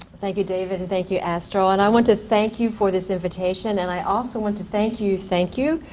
thank you david, and thank you astril. and i want to thank you for this invitation and i also want to thank you, thank you,